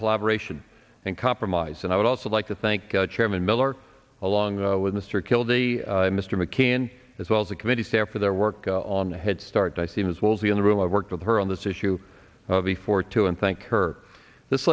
collaboration and compromise and i would also like to thank god chairman miller along with mr kill the mr mccann as well as the committee staff for their work on the head start i see as well as we in the room i worked with her on this issue of before to and thank her this